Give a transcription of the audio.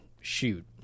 shoot